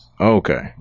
Okay